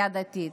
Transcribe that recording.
וכפייה דתית.